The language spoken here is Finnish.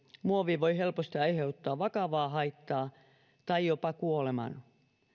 muovi voi helposti aiheuttaa vakavaa haittaa tai jopa kuoleman